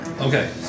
Okay